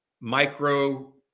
micro